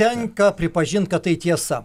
tenka pripažint kad tai tiesa